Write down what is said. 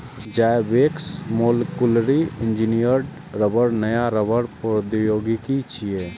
Zyvex molecularly engineered रबड़ नया रबड़ प्रौद्योगिकी छियै